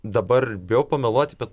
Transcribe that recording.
dabar bijau pameluoti bet